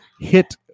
hit